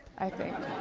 i think.